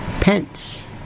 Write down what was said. pence